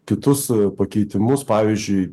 kitus pakeitimus pavyzdžiui